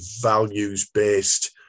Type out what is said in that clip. values-based